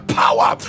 power